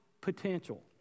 potential